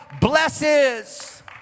blesses